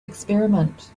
experiment